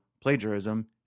plagiarism